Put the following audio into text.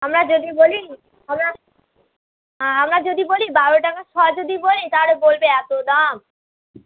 আমরা যদি বলি আমরা আমরা যদি বলি বারো টাকা শ যদি বলি তাহলে বলবে এতো দাম